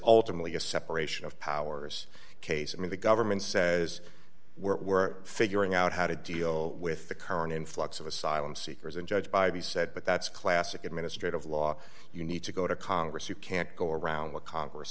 ultimately a separation of powers case and the government says we're figuring out how to deal with the current influx of asylum seekers and judged by the said but that's a classic administrative law you need to go to congress you can't go around what congress